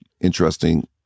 interesting